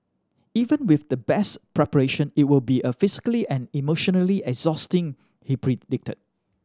even with the best preparation it will be a physically and emotionally exhausting he predicted